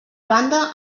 banda